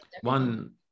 One